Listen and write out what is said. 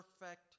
perfect